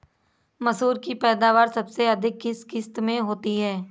मसूर की पैदावार सबसे अधिक किस किश्त में होती है?